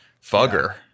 Fugger